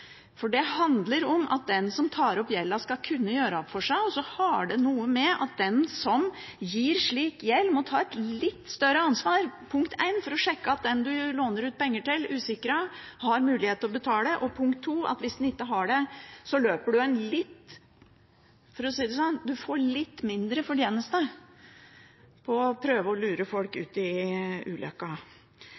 for det handler om at den som tar opp gjelden, skal kunne gjøre opp for seg. Det har også noe med at den som gir slik gjeld, må ta et litt større ansvar, for det første for å sjekke at de man låner ut penger til, usikret, har mulighet til å betale, og for det andre at hvis de ikke har det, får man litt mindre fortjeneste på å prøve å lure folk ut i «uløkka». Jeg hører man sier at utredningene som man har hatt i